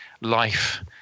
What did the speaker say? life